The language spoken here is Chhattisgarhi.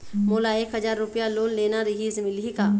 मोला एक हजार रुपया लोन लेना रीहिस, मिलही का?